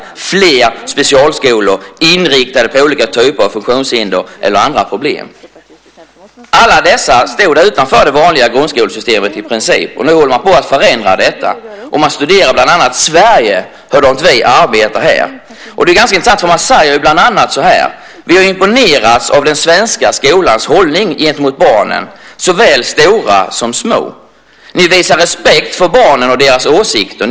Man har fler specialskolor inriktade på olika typer av funktionshinder eller andra problem. Alla dessa stod i princip utanför det vanliga grundskolesystemet. Nu håller man på att förändra detta. Man studerar bland annat Sverige och hur vi arbetar här. Man säger bland annat så här: Vi har imponerats av den svenska skolans hållning gentemot barnen, såväl stora som små. Ni visar respekt för barnen och deras åsikter.